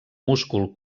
múscul